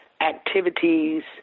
activities